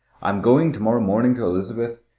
i am going to-morrow morning to elizabeth,